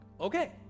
Okay